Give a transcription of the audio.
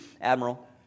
Admiral